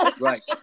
Right